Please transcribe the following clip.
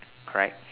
correct